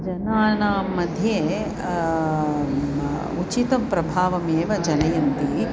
जनानांमध्ये म उचितं प्रभावम् एव जनयन्ति